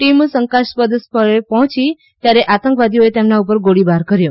team શંકાસ્પદ સ્થળે પહોંચી ત્યારે આતંકવાદીઓએ તેમના ઉપર ગોળીબાર કર્યો